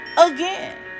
again